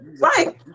right